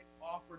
offered